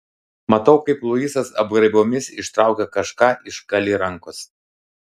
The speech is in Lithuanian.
matau kaip luisas apgraibomis ištraukia kažką iš kali rankos